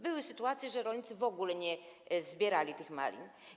Były sytuacje, że rolnicy w ogóle nie zbierali malin.